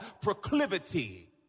proclivity